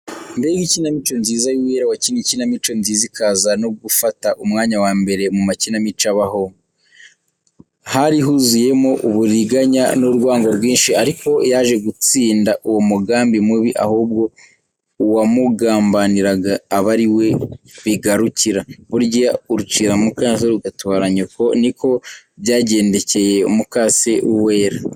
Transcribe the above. Mbega ikinamico nziza y'Uwera, wakinnye ikinamico nziza ikaza no gufata umwanya wa mbere mu makinamico abaho! Hari huzuyemo uburiganya n'urwango rwinshi, ariko yaje gutsinda uwo mugambi mubi ahubwo uwamugambaniraga aba ari we bigarukira, burya urucira mukaso rugatwara nyoko, ni ko byagendekeye mukase w'Uwera.